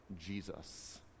Jesus